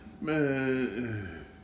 man